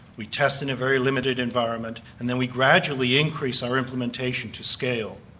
we test in a very limited environment, and then we gradually increase our implementation to scale.